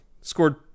scored